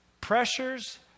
pressures